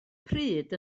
pryd